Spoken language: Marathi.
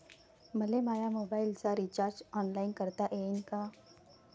मले माया मोबाईलचा रिचार्ज ऑनलाईन करता येईन का?